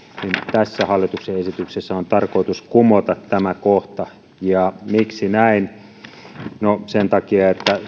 tässä hallituksen esityksessä on tarkoitus kumota tämä kohta ja miksi näin no sen takia että